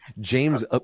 James